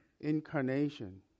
incarnation